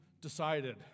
Decided